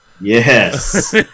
Yes